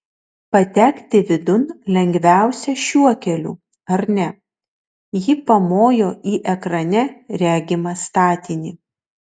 patekti vidun lengviausia šiuo keliu ar ne ji pamojo į ekrane regimą statinį